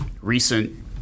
recent